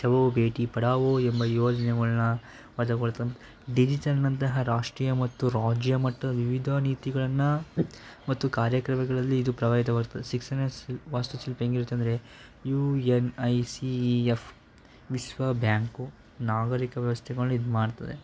ಬಚಾವೋ ಬೇಟಿ ಪಡಾವೋ ಎಂಬ ಯೋಜನೆಗಳನ್ನ ವಜಾಗೊಳ್ತದೆ ಡಿಜಿಟಲ್ನಂತಹ ರಾಷ್ಟ್ರೀಯ ಮತ್ತು ರಾಜ್ಯ ಮಟ್ಟದ ವಿವಿಧ ನೀತಿಗಳನ್ನು ಮತ್ತು ಕಾರ್ಯಕ್ರಮಗಳಲ್ಲಿ ಇದು ಪ್ರಭಾವಿತವಾಗ್ತದೆ ಶಿಕ್ಷಣ ವಾಸ್ತುಶಿಲ್ಪ ಹೇಗಿರುತ್ತಂದ್ರೆ U N I C F ವಿಶ್ವ ಬ್ಯಾಂಕು ನಾಗರಿಕ ವ್ಯವಸ್ಥೆಗಳನ್ನ ಇದ್ಮಾಡ್ತದೆ